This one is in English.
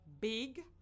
big